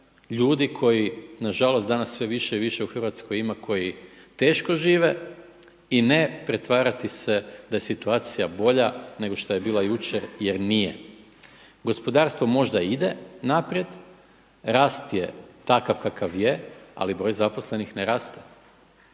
ljudi koji nažalost danas sve više i više u Hrvatskoj ima koji teško žive i ne pretvarati se da je situacija bolja nego šta je bila jučer jer nije. Gospodarstvo možda ide naprijed, rast je takav kakav je ali broj zaposlenih ne raste.